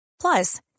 Plus